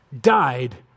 died